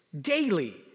daily